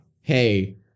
hey